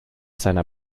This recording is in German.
seiner